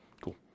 Cool